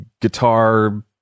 guitar